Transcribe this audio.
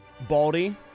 Baldy